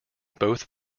both